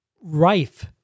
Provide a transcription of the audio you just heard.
rife